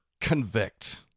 convict